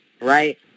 right